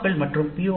ஓக்கள் மற்றும் பி